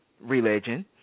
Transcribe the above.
religion